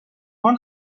اومدم